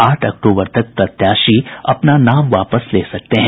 आठ अक्टूबर तक प्रत्याशी अपना नाम वापस ले सकते हैं